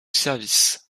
services